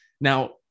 Now